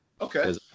Okay